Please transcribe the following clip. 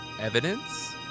evidence